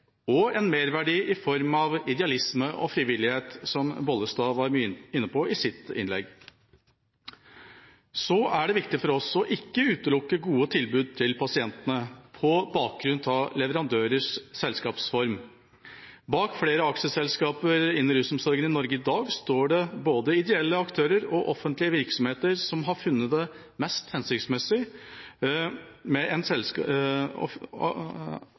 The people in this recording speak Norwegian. og det gir en merverdi i form av idealisme og frivillighet, som representanten Bollestad var mye inne på i sitt innlegg. Det er viktig for oss å ikke utelukke gode tilbud til pasientene på bakgrunn av leverandørers selskapsform. Bak flere aksjeselskaper innen rusomsorgen i Norge i dag står det både ideelle aktører og offentlige virksomheter som har funnet det mest hensiktsmessig å organisere seg i en